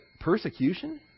persecution